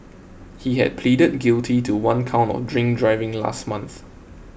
he had pleaded guilty to one count of drink driving last month